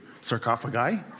Sarcophagi